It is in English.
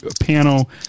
panel